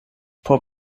por